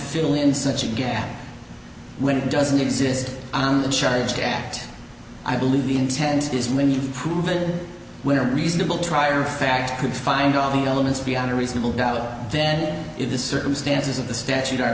fill in such a gap when it doesn't exist on the charge to act i believe the intent is when you prove it when a reasonable trier of fact can find all the elements beyond a reasonable doubt then if the circumstances of the statute are